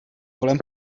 kolem